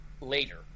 later